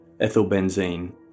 ethylbenzene